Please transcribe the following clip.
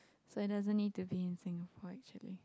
so it doesn't need to be in Singapore actually